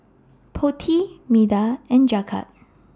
Potti Medha and Jagat